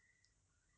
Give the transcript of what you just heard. can cook